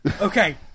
Okay